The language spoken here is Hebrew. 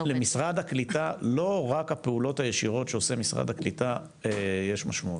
למשרד הקליטה לא רק הפעולות הישירות שעושה משרד הקליטה יש משמעות.